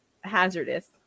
hazardous